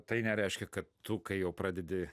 tai nereiškia kad tu kai jau pradedi